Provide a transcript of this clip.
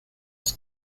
las